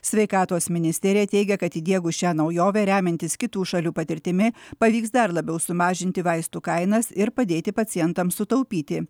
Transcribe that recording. sveikatos ministerija teigia kad įdiegus šią naujovę remiantis kitų šalių patirtimi pavyks dar labiau sumažinti vaistų kainas ir padėti pacientams sutaupyti